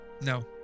no